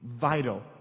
vital